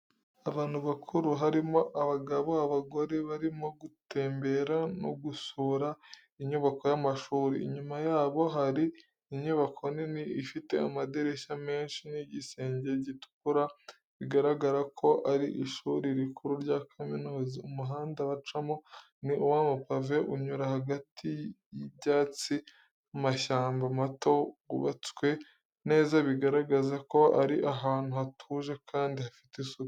Abantu bakuru, harimo abagabo n’abagore, barimo gutembera no gusura inyubako y’amashuri. Inyuma yabo hari inyubako nini, ifite amadirishya menshi n’igisenge gitukura, bigaragara ko ari ishuri rikuru rya kaminuza. Umuhanda bacamo ni uw'amapave unyura hagati y’ibyatsi n’amashyamba mato, wubatswe neza, bigaragaza ko ari ahantu hatuje, kandi hafite isuku.